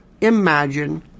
imagine